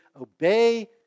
obey